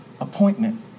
appointment